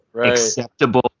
acceptable